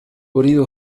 أريد